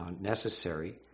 necessary